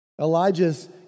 Elijah's